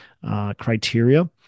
criteria